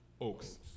Oaks